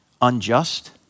Unjust